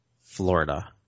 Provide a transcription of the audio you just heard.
Florida